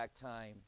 time